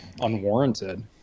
unwarranted